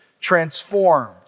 transformed